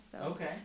Okay